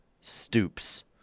Stoops